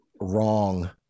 wrong